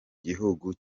gihugu